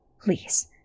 please